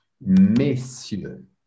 messieurs